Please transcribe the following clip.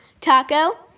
Taco